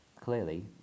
clearly